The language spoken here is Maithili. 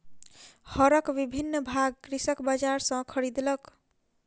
हरक विभिन्न भाग कृषक बजार सॅ खरीदलक